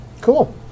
cool